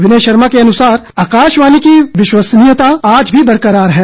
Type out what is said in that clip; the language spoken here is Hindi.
विनय शर्मा के अनुसार आकाशवाणी की विश्वसनीयता आज भी बरकरार है